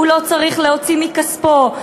הוא לא צריך להוציא מכספו.